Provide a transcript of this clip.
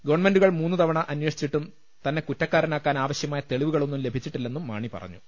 ഗവൺമെന്റുകൾ മൂന്നു തവണ അന്വേഷിച്ചിട്ടും തന്നെ കുറ്റക്കാര നാക്കാൻ ആവശ്യമായ തെളിവുകളൊന്നും ലഭിച്ചിട്ടില്ലെന്നും മാണി പറഞ്ഞു